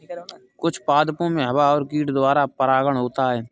कुछ पादपो मे हवा और कीट द्वारा परागण होता है